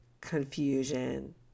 confusion